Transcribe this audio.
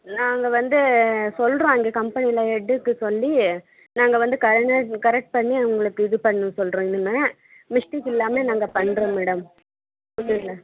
நாங்கள் வந்து சொல்கிறோம் அங்கே கம்பனியில் ஹெடுக்கு சொல்லி நாங்கள் வந்து கரெக்ட் பண்ணி உங்களுக்கு இது பண்ண சொல்கிறோம் இனிமேல் மிஸ்டேக் இல்லாமல் நாங்கள் பண்ணுறோம் மேடம் இல்லைங் மேம்